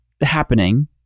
happening